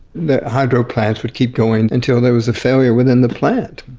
the hydro plants would keep going until there was a failure within the plant,